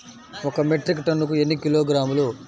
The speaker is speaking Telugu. ఒక మెట్రిక్ టన్నుకు ఎన్ని కిలోగ్రాములు?